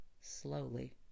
Slowly